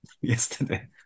yesterday